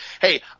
hey